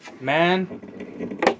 man